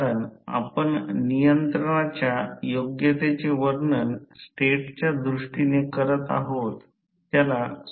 तर V2 I2 fl cos ∅2 हे पूर्ण भार आउटपुट आणि आउटपुट X P fl आहे